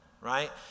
Right